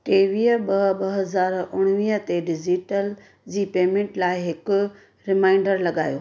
टेवीह ॿ ॿ हज़ार उणिवीह ते डिजीटल जी पेमेंट लाइ हिकु रिमाइंडर लॻायो